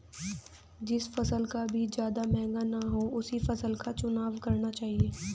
जिस फसल का बीज ज्यादा महंगा ना हो उसी फसल का चुनाव करना चाहिए